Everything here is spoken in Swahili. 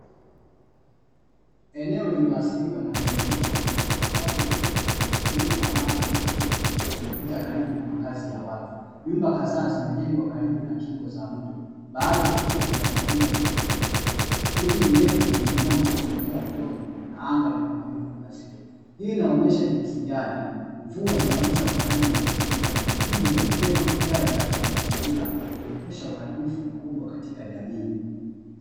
Eneo lililoasiliwa na mmomonyoko wa udongo ambapo mto unamtililiko wa maji yenye matope umepita karibu na makazi ya watu, Nyumba kadhaa zimejengwa karibu na kingo za mto baadhi zikiwa zimeathiriwa na mmomonyoko huo, Miti mirefu imeinama kuelekea mtoni na anga linamawingu mazito Hii inaonyesha jinsi Gani mvua zinavoweza kuharibu mazingira hivyo ni vyema kujali afya ya mazingira kuepusha uharibifu mkubwa katika jamii.